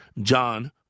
John